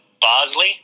Bosley